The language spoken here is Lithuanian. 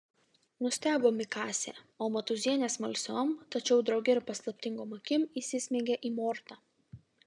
nustebo mikasė o matūzienė smalsiom tačiau drauge ir paslaptingom akim įsismeigė į mortą